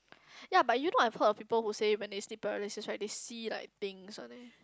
ya but you know I've heard of people who say when they sleep paralysis right they see like things one leh